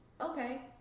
okay